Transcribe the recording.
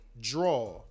draw